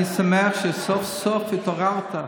אני שמח שסוף-סוף התעוררת.